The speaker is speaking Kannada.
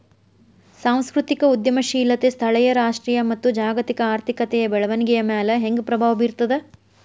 ಸಾಂಸ್ಕೃತಿಕ ಉದ್ಯಮಶೇಲತೆ ಸ್ಥಳೇಯ ರಾಷ್ಟ್ರೇಯ ಮತ್ತ ಜಾಗತಿಕ ಆರ್ಥಿಕತೆಯ ಬೆಳವಣಿಗೆಯ ಮ್ಯಾಲೆ ಹೆಂಗ ಪ್ರಭಾವ ಬೇರ್ತದ